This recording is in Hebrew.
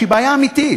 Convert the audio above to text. שהיא בעיה אמיתית,